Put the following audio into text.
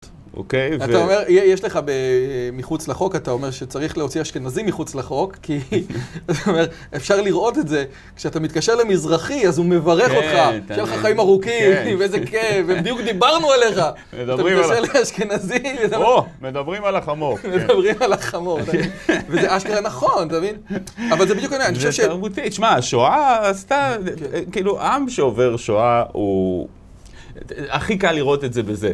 אוקיי ו...אתה אומר, יש לך מחוץ לחוק, אתה אומר שצריך להוציא אשכנזי מחוץ לחוק כי אפשר לראות את זה, כשאתה מתקשר למזרחי אז הוא מברך אותך - שיהיה לך חיים ארוכים! ואיזה כיף! ובדיוק דיברנו עליך! אתה מתקשר לאשכנזי - או, מדברים על החמור! מדברים על החמור, וזה אשכרה נכון, אתה מבין? אבל זה בדיוק עניין, אני חושב ש... שמע, השואה עשתה, כאילו עם שעובר שואה הוא... הכי קל לראות את זה בזה